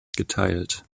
geteilt